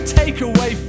takeaway